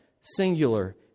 singular